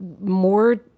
more